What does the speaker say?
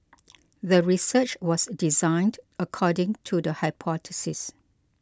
the research was designed according to the hypothesis